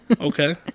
okay